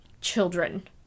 children